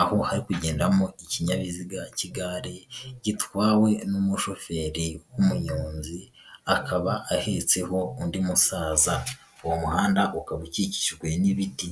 aho hari kugendamo ikinyabiziga cy'igare gitwawe n'umushoferi w'umuyonzi, akaba ahetseho undi musaza, uwo muhanda ukaba ukikijwe n'ibiti.